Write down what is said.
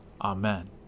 Amen